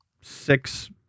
six